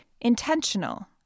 intentional